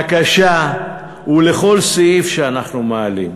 ובקשה ולכל סעיף שאנחנו מעלים.